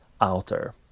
outer